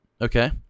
okay